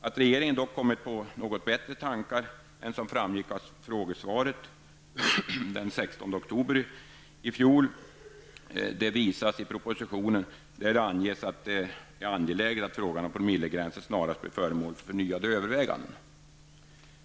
Att regeringen dock kommit på något bättre tankar än som framgick av frågesvaret den 16 oktober i fjol framgår av propositionen, där det anges att det är angeläget att frågan om promillegränser snarast blir föremål för förnyade överväganden.